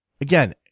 Again